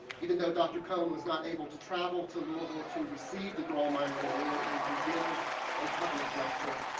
even though dr. cone was not able to travel to louisville to receive the grawemeyer award and to give a public lecture,